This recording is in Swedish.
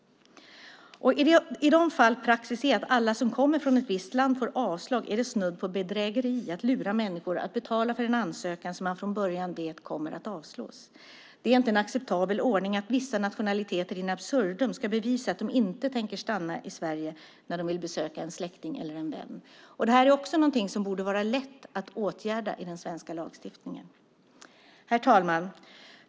I de fall praxis är att alla som kommer från ett visst land får avslag är det snudd på bedrägeri att lura människor att betala för en ansökan som man från början vet kommer att avslås. Det är inte en acceptabel ordning att vissa nationaliteter in absurdum ska bevisa att de inte tänker stanna i Sverige när de vill besöka en släkting eller en vän. Det här är också någonting som borde vara lätt att åtgärda i den svenska lagstiftningen. Herr talman!